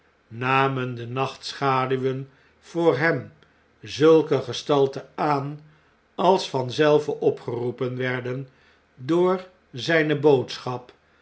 namen de nachtschaduwen voor hem zulke gestalten aan als vanzelve opgeroepen werden door zjjne boodschap